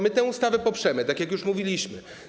My tę ustawę poprzemy, tak jak już mówiliśmy.